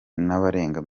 n’abarenga